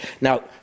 Now